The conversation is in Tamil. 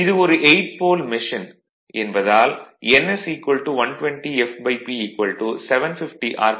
இது ஒரு 8 போல் மெஷின் என்பதால் ns120 fP 750 ஆர்